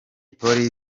polly